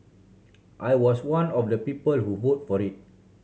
I was one of the people who vote for it